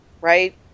Right